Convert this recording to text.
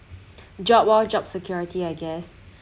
job lor job security I guess